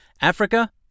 Africa